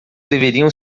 deveriam